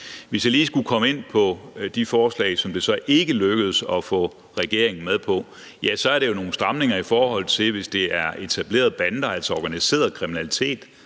Hvis jeg lige skulle komme ind på de forslag, som det så ikke lykkedes at få regeringen med på, er det jo nogle stramninger, der gælder, hvis det er etablerede bander, altså organiseret kriminalitet,